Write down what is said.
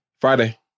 Friday